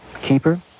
Keeper